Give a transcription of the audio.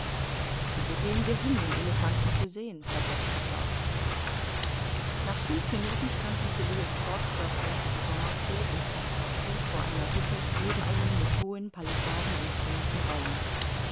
so gehen wir hin den elephanten zu sehen versetzte herr fogg nach fünf minuten standen phileas fogg sir francis cromarty und passepartout vor einer hütte neben einem mit hohen palissaden umzäunten raume